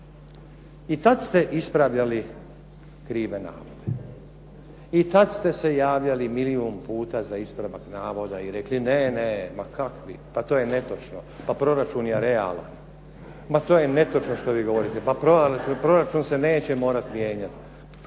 I tad ste ispravljali krive navode, i tad ste se javljali milijun puta za ispravak navoda. Ne, ne, ma kakvi, pa to je netočno. Pa proračun je realan. Ma to je netočno što vi govorite, pa proračun se neće morati mijenjati.